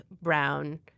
brown